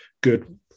good